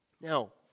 Now